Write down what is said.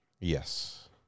Yes